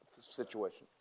situation